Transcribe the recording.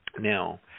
Now